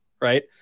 right